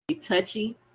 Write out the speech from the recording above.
touchy